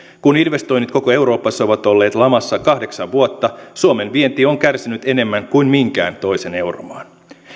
kun investoinnit koko euroopassa ovat olleet lamassa kahdeksan vuotta suomen vienti on kärsinyt enemmän kuin minkään toisen euromaan